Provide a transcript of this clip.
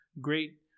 great